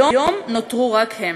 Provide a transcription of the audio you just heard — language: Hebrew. היום נותרו רק הם.